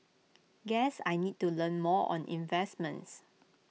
guess I need to learn more on investments